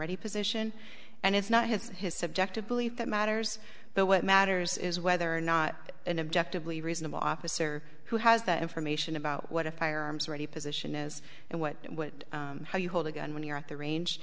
ready position and if not have his subjective belief that matters but what matters is whether or not an objective lee reasonable officer who has that information about what a firearms ready position is and what would you hold a gun when you're at the range